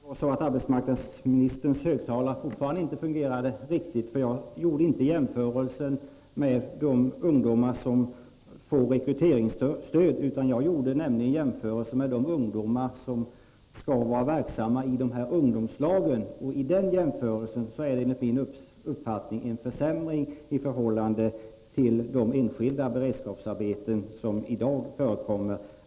Herr talman! Det kan vara så att arbetsmarknadsministerns högtalare fortfarande inte fungerade riktigt. Jag syftade inte på de ungdomar som får rekryteringsstöd utan på dem som skall vara verksamma på det sätt som förutsätts i ungdomslagen. Enligt min uppfattning innebär lagen en försämring jämfört med nuvarande förhållanden.